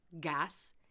gas